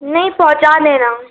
नहीं पहुँचा देना